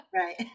Right